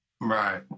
Right